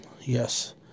yes